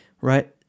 right